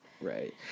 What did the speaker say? Right